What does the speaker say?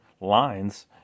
lines